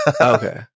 Okay